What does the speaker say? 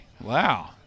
Wow